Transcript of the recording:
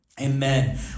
Amen